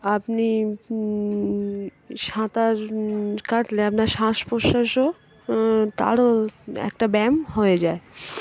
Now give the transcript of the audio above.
আপনি সাঁতার কাটলে আপনার শ্বাস প্রশ্বাসও তারও একটা ব্যায়াম হয়ে যায়